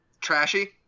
trashy